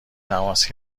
تماس